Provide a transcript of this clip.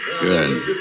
Good